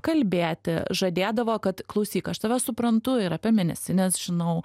kalbėti žadėdavo kad klausyk aš tave suprantu ir apie mėnesines žinau